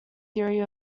theory